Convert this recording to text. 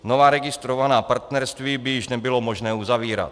Nová registrovaná partnerství by již nebylo možné uzavírat.